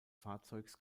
fahrzeugs